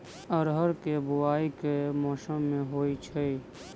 अरहर केँ बोवायी केँ मौसम मे होइ छैय?